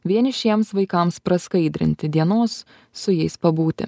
vienišiems vaikams praskaidrinti dienos su jais pabūti